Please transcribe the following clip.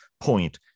point